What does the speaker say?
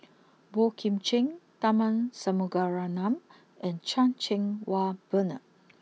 Boey Kim Cheng Tharman Shanmugaratnam and Chan Cheng Wah Bernard